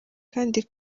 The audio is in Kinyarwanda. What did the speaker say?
kandi